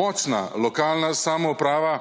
Močna lokalna samouprava